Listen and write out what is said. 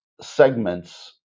segments